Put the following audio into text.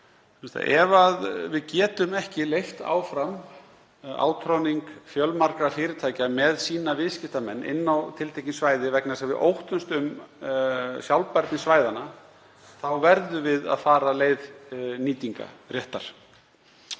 Ef við getum ekki leyft áfram átroðning fjölmargra fyrirtækja með sína viðskiptamenn inn á tiltekin svæði, vegna þess að við óttumst um sjálfbærni svæðanna, þá verðum við að fara leið nýtingarréttar